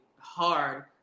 hard